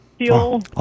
fuel